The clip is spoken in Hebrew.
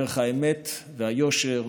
דרך האמת והיושר,